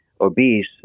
obese